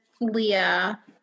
Leah